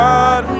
God